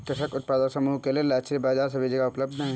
कृषक उत्पादक समूह के लिए लक्षित बाजार सभी जगह उपलब्ध है